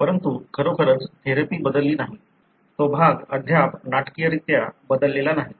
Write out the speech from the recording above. परंतु खरोखरच थेरपी बदलली नाही तो भाग अद्याप नाटकीयरित्या बदललेला नाही